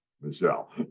Michelle